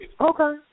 Okay